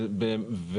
אז